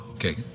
Okay